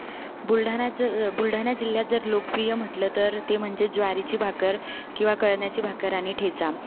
बुलढाण्याज बुलढाणा जिल्ह्यात जर लोकप्रिय म्हटलं तर ते म्हणजे ज्वारीची भाकर किंवा कळण्याची भाकर आणि ठेचा